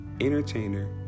entertainer